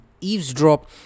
eavesdrop